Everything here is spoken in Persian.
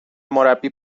مربی